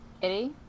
Kitty